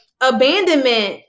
abandonment